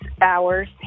hours